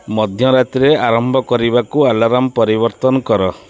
ମଧ୍ୟରାତ୍ରିରେ ଆରମ୍ଭ କରିବାକୁ ଆଲାର୍ମ ପରିବର୍ତ୍ତନ କର